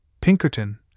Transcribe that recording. Pinkerton